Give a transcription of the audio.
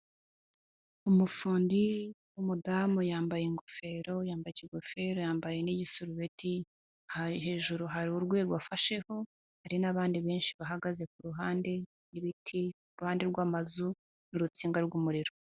Umufundi w'umudamu yambaye ingofero, yambaye ingofero, yambaye n'igisorubeti, hejuru hari urwego afasheho, hari n'abandi benshi bahagaze ku ruhande rw'ibiti iruhande rw'amazu n'urukinga rw'umuriro.